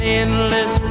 endless